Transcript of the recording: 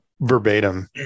verbatim